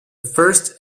first